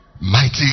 mighty